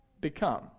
become